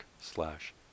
slash